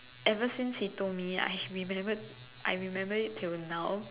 ever since he told me I remember I remember it till now